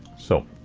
so.